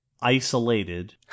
isolated